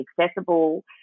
accessible